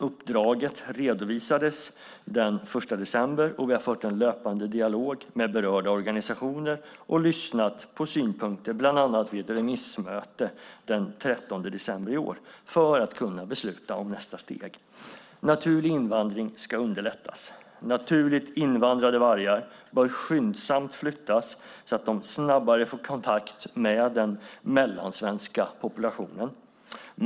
Uppdraget redovisades den 1 december, och vi har fört en löpande dialog med berörda organisationer och lyssnat på synpunkter bland annat vid ett remissmöte den 13 december i år för att kunna besluta om nästa steg. Naturlig invandring ska underlättas. Naturligt invandrade vargar bör skyndsamt flyttas så att de snabbare får kontakt med den mellansvenska populationen.